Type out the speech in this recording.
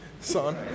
son